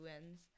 wins